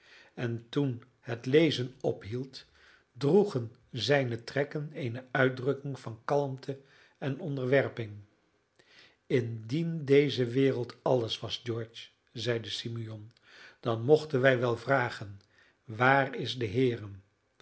en toen het lezen ophield droegen zijne trekken eene uitdrukking van kalmte en onderwerping indien deze wereld alles was george zeide simeon dan mochten wij wel vragen waar is de heere